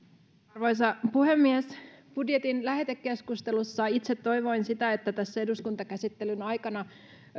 arvoisa puhemies budjetin lähetekeskustelussa itse toivoin sitä että tässä eduskuntakäsittelyn aikana